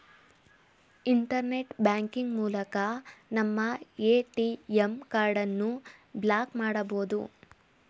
internet banking ಮೂಲಕ ನಮ್ಮ ATM ಕಾರ್ಡನ್ನು ಬ್ಲಾಕ್ ಮಾಡಬೊದು